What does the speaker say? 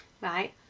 Right